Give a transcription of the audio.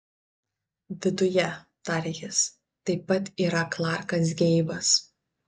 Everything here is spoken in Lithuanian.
viduje tarė jis taip pat yra klarkas geibas